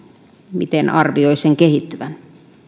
miten arvioi sen kehittyvän